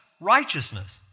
righteousness